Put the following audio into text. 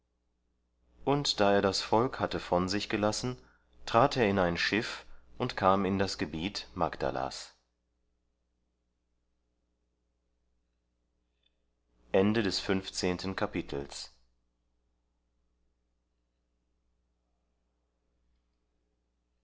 und da er das volk hatte von sich gelassen trat er in ein schiff und kam in das gebiet magdalas